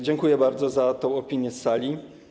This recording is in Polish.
Dziękuję bardzo za tę opinię z sali.